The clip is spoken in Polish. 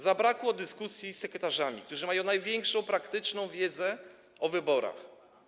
Zabrakło dyskusji z sekretarzami, którzy mają największą praktyczną wiedzę o wyborach.